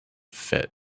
fit